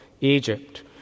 Egypt